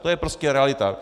To je prostě realita.